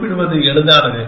குறிப்பிடுவது எளிதானது